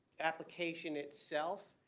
application itself.